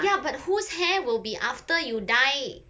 ya but whose hair will be after you dye